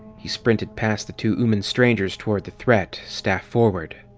he sprinted past the two ooman strangers toward the threat, staff forward.